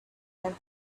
had